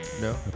No